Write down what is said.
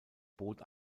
boot